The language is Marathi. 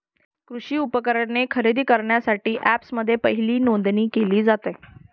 कृषी उपकरणे खरेदी करण्यासाठी अँपप्समध्ये पहिली नोंदणी केली जाते